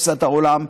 תפיסת העולם,